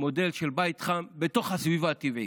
מודל של בית חם בתוך הסביבה הטבעית,